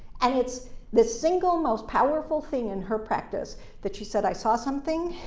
and it's the single most powerful thing in her practice that she said, i saw something,